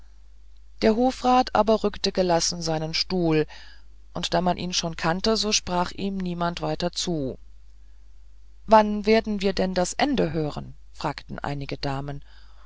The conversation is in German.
der hofrat aber rückte gelassen seinen stuhl und da man ihn schon kannte so sprach ihm niemand weiter zu wann werden wir denn nun das ende hören fragten einige damen